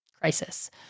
crisis